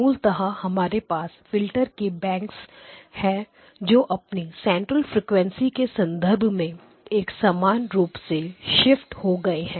मूलतः हमारे पास फिल्टर के बैंक्स है जो अपनी सेंटर फ्रीक्वेंसी के संदर्भ में एक समान रूप से शिफ्ट हो गया है